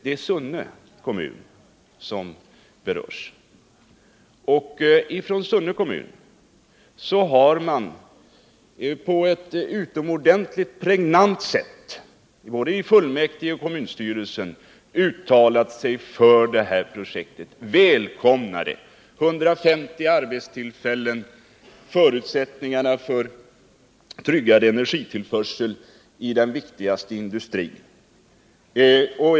Det är Sunne kommun som berörs, och från Sunne kommun har man på ett synnerligen pregnant sätt — både i fullmäktige och i kommunstyrelsen — uttalat sig för projektet och välkomnat det: 150 arbetstillfällen ges vid utbyggnaden som också ger förutsättning för tryggad energitillförsel i den viktigaste industrin. Herr talman!